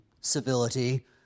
civility